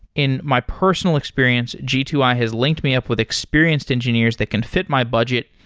in my personal experience, g two i has linked me up with experienced engineers that can fit my budget,